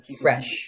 fresh